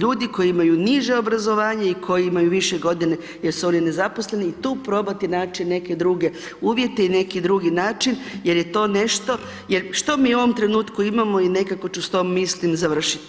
ljudi koji imaju niže obrazovanje i koji imaju više godine jer su oni nezaposleni i tu probati naći neke druge uvjete i neki drugi način, jer je to nešto, jer što mi u ovom trenutku imamo, i nekako ću s tom misli završiti.